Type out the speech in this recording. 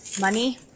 Money